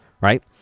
right